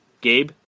Gabe